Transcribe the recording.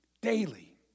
daily